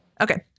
okay